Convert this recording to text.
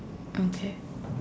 okay